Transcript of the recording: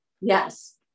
yes